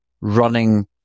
running